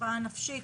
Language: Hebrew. הפרעה נפשית,